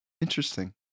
Interesting